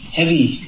heavy